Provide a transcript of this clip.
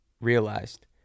realized